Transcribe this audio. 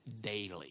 daily